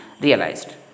realized